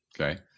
Okay